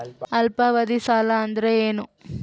ಅಲ್ಪಾವಧಿ ಸಾಲ ಅಂದ್ರ ಏನು?